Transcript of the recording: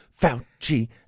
Fauci